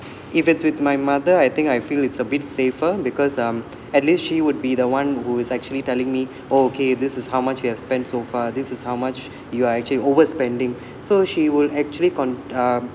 if it's with my mother I think I feel it's a bit safer because um at least she would be the one who is actually telling me okay this is how much you have so far this is how much you are actually overspending so she will actually con~ uh